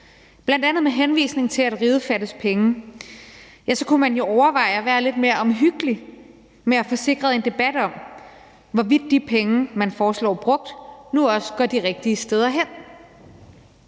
bl.a. med henvisning til, at riget fattes penge, kunne man jo overveje at være lidt mere omhyggelig med at få sikret en debat om, hvorvidt de penge, man foreslår brugt, nu også går de rigtige steder hen.